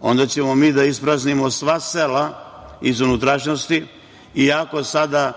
onda ćemo mi da ispraznimo sva sela iz unutrašnjosti iako sada